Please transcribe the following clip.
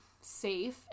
safe